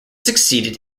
succeeded